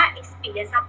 experience